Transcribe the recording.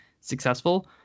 successful